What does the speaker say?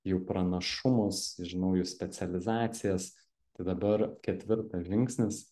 jų pranašumus žinau jų specializacijas tad dabar ketvirtas žingsnis